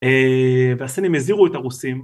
‫והסינים הזהירו את הרוסים.